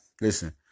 Listen